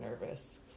nervous